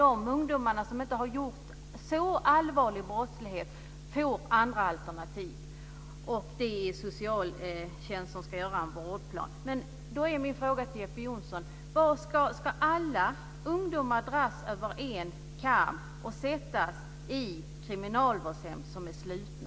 De ungdomar som inte har begått så allvarliga brott får andra alternativ, och det är socialtjänsten som ska göra en vårdplan. Min fråga till Jeppe Johnsson är om alla ungdomar ska dras över en kam och sättas i kriminalvårdshem som är slutna.